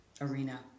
arena